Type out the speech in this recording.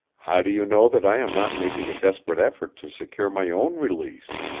how do you know that i am not making a desperate effort to secure my own release?